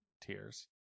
Tears